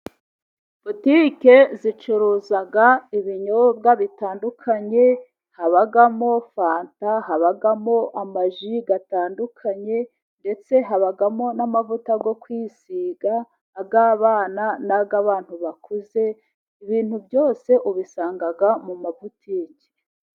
Botike zicuruza ibinyobwa bitandukanye, habamo fanta, habamo amaji gatandukanye, ndetse habamo n'amavuta yo kwisiga, ay'abana, ay'bantu bakuze, ibintu byose ubisanga mu mabutike.